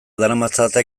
daramatzate